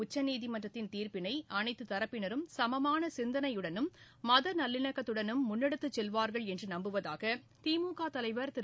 உச்சநீதிமன்றத்தின் தீர்ப்பினைஅனைத்துதரப்பினரும் சமமானசிந்தனையுடனும் மதநல்லிணக்கத்துடனுமுன்னெடுத்துசெல்வார்கள் என்றுநம்புவதாகதிமுகதலைவர் திரு